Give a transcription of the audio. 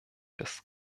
des